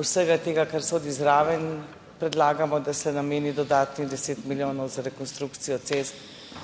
vsega tega, kar sodi zraven, predlagamo, da se nameni dodatnih deset milijonov za rekonstrukcijo cest